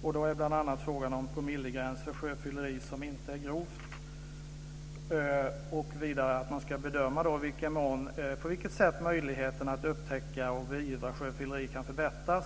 Det handlar bl.a. om frågan om promillegräns för sjöfylleri som inte är grovt och vidare om att man ska bedöma på vilket sätt möjligheten att upptäcka och beivra sjöfylleri kan förbättras.